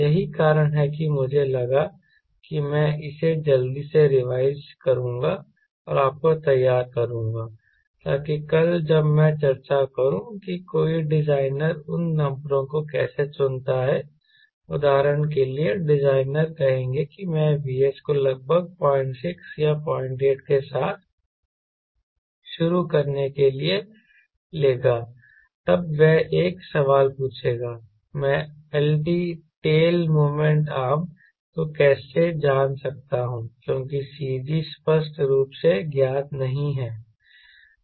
यही कारण है कि मुझे लगा कि मैं इसे जल्दी से रिवाइज करूंगा और आपको तैयार करूंगा ताकि कल जब मैं चर्चा करूं कि कोई डिजाइनर उन नंबरों को कैसे चुनता है उदाहरण के लिए डिजाइनर कहेंगे कि मैं VH को लगभग 06 या 08 के साथ शुरू करने के लिए लेगा तब वह एक सवाल पूछेगा मैं lt टेल मोमेंट आर्म को कैसे जान सकता हूं क्योंकि CG स्पष्ट रूप से ज्ञात नहीं है